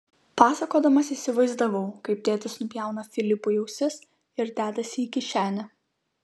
pasakodamas įsivaizdavau kaip tėtis nupjauna filipui ausis ir dedasi į kišenę